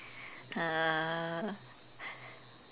uh